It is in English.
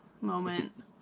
moment